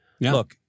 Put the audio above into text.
Look